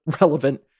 relevant